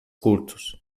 curtos